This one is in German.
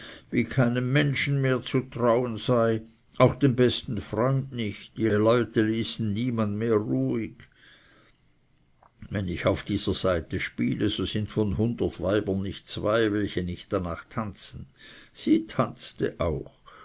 wie keinem menschen mehr zu trauen sei auch dem besten freund nicht die leute ließen niemand mehr rüyhig wenn ich auf dieser saite spiele so sind von hundert weibern nicht zwei welche nicht darnach tanzen sie tanzte auch